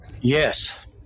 yes